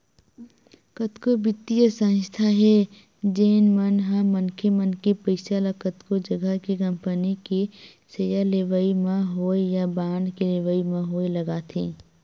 कतको बित्तीय संस्था हे जेन मन ह मनखे मन के पइसा ल कतको जघा के कंपनी के सेयर लेवई म होय या बांड के लेवई म होय लगाथे